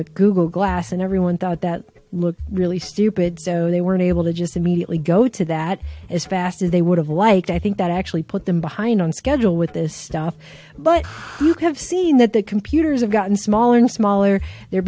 with google glass and everyone thought that looked really stupid so they weren't able to just immediately go to that as fast as they would have liked i think that actually put them behind on schedule with this stuff but you have seen that the computers have gotten smaller and smaller they're